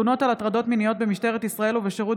תלונות על הטרדות מיניות במשטרת ישראל ובשירות